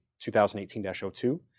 2018-02